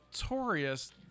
notorious